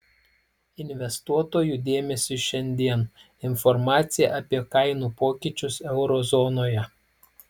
investuotojų dėmesiui šiandien informacija apie kainų pokyčius euro zonoje